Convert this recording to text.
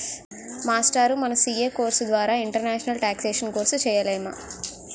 మాస్టారూ మన CA course ద్వారా ఇంటర్నేషనల్ టేక్సేషన్ కోర్సు సేయలేమా